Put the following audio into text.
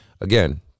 Again